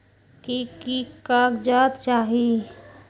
की की कागज़ात चाही?